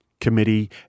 committee